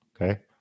okay